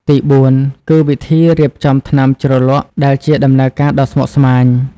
ទីបួនគឺ វិធីរៀបចំថ្នាំជ្រលក់ដែលជា ដំណើរការដ៏ស្មុគស្មាញ។